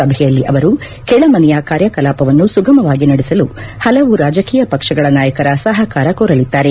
ಸಭೆಯಲ್ಲಿ ಅವರು ಕೆಳ ಮನೆಯ ಕಾರ್ತ್ಯ ಕಲಾಪವನ್ನು ಸುಗಮವಾಗಿ ನಡೆಸಲು ಹಲವು ರಾಜಕೀಯ ಪಕ್ಷಗಳ ನಾಯಕರ ಸಹಕಾರವನ್ನು ಕೋರಲಿದ್ದಾರೆ